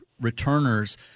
returners